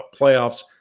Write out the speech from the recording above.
playoffs